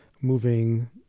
moving